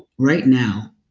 right now,